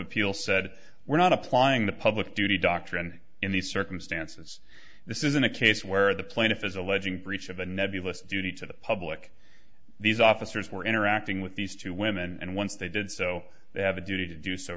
appeal said we're not applying the public duty doctrine in these circumstances this isn't a case where the plaintiff is alleging breach of a nebulous duty to the public these officers were interacting with these two women and once they did so they have a duty to do so